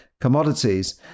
commodities